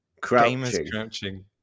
Crouching